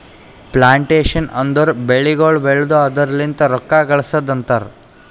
plantation ಅಂದುರ್ ಬೆಳಿಗೊಳ್ ಬೆಳ್ದು ಅದುರ್ ಲಿಂತ್ ರೊಕ್ಕ ಗಳಸದ್ ಅಂತರ್